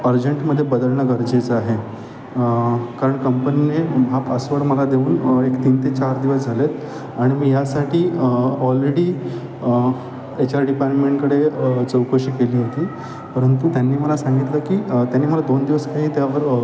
अर्जंटमध्ये बदलणं गरजेचं आहे कारण कंपनीने हा पासवर्ड मला देऊन एक तीन ते चार दिवस झालेत आणि मी ह्यासाठी ऑलरेडी एच आर डिपार्टमेंटकडे चौकशी केली होती परंतु त्यांनी मला सांगितलं की त्यांनी मला दोन दिवस काही त्यावर